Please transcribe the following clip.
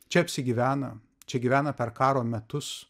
čia apsigyvena čia gyvena per karo metus